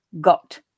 got